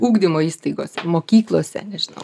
ugdymo įstaigose mokyklose nežinau